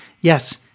yes